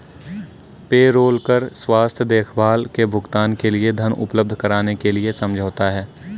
payroll कर स्वास्थ्य देखभाल के भुगतान के लिए धन उपलब्ध कराने के लिए समझौता है